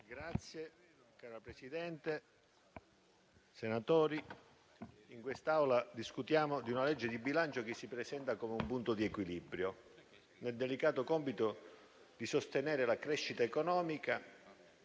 Signor Presidente, senatori, in quest'Aula discutiamo di una legge di bilancio che si presenta come un punto di equilibrio nel delicato compito di sostenere la crescita economica,